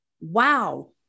Wow